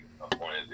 appointed